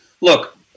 Look